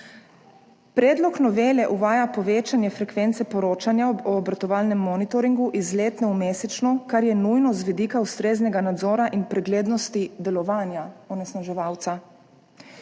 Predlog novele uvaja povečanje frekvence poročanja o obratovalnem monitoringu iz letne v mesečno, kar je nujno z vidika ustreznega nadzora in preglednosti delovanja onesnaževalca.